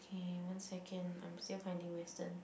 okay one second I'm still finding Western